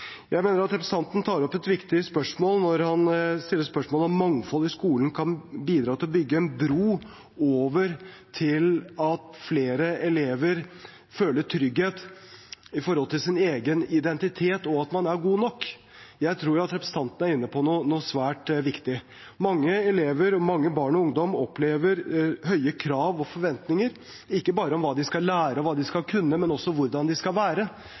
Jeg mener at representanten tar opp et viktig spørsmål når han stiller spørsmål om mangfold i skolen kan bidra til å bygge bro over til at flere elever føler trygghet når det gjelder egen identitet, og at man er god nok. Jeg tror at representanten er inne på noe svært viktig. Mange elever, mange barn og ungdom, opplever høye krav og forventninger, ikke bare til hva de skal lære og hva de skal kunne, men også til hvordan de skal være.